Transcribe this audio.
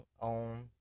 on